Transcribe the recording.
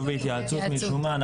כתוב "בהתייעצות" משום מה,